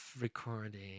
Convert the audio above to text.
Recording